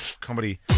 Comedy